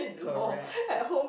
correct